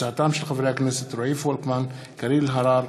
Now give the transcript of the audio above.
בהצעתם של חברי הכנסת רועי פולקמן, קארין אלהרר,